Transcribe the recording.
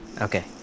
Okay